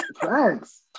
Thanks